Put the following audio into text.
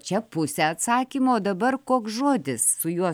čia pusę atsakymo o dabar koks žodis su juo